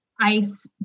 ice